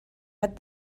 read